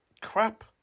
crap